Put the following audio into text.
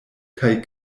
kaj